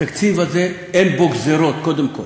התקציב הזה, אין בו גזירות, קודם כול.